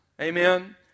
amen